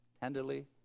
tenderly